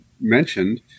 mentioned